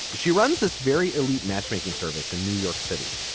she runs this very elite matchmaking service in new york city,